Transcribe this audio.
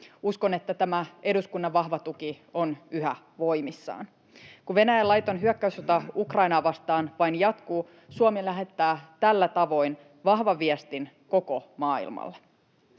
Uskon, että tämä eduskunnan vahva tuki on yhä voimissaan. Kun Venäjän laiton hyökkäyssota Ukrainaa vastaan vain jatkuu, Suomi lähettää tällä tavoin vahvan viestin koko maailmalle.